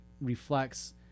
reflects